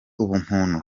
ubumuntu